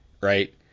right